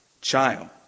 child